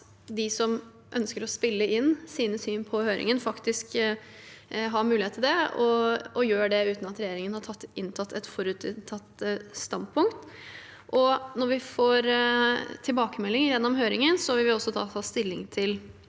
de som ønsker å spille inn sine syn i høringen, faktisk har mulighet til det, og at de gjør det uten at regjeringen har inntatt et standpunkt på forhånd. Når vi får tilbakemeldinger gjennom høringen, vil vi også da ta stilling til